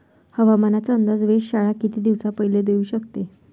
हवामानाचा अंदाज वेधशाळा किती दिवसा पयले देऊ शकते?